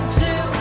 two